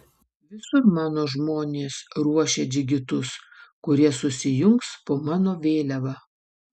visur mano žmonės ruošia džigitus kurie susijungs po mano vėliava